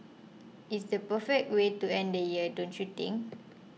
it's the perfect way to end year don't you think